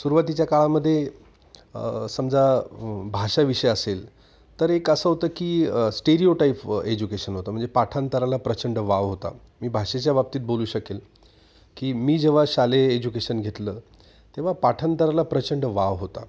सुरुवातीच्या काळामध्ये समजा भाषा विषय असेल तर एक असं होतं की स्टेरियओ टाईप एजुकेशन होतं म्हणजे पाठांतराला प्रचंड वाव होता मी भाषेच्या बाबतीत बोलू शकेल की मी जेव्हा शालेय एज्युकेशन घेतलं तेव्हा पाठांतराला प्रचंड वाव होता